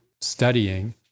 studying